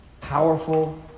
powerful